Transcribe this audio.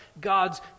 God's